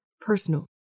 personal